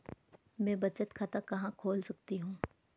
मैं बचत खाता कहां खोल सकती हूँ?